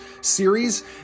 series